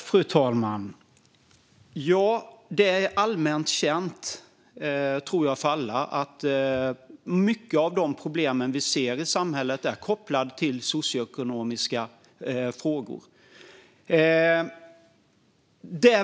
Fru talman! Det är allmänt känt, tror jag, att mycket av de problem vi ser i samhället är kopplade till socioekonomiska frågor.